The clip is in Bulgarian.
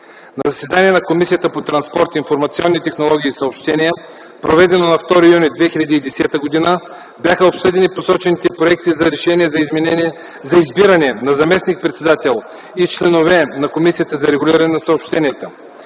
На заседание на Комисията по транспорт, информационни технологии и съобщения, проведено на 2 юни 2010 г., бяха обсъдени посочените проекти за решения за избиране на заместник председател и членове на Комисията за регулиране на съобщенията.